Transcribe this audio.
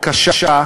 קשה,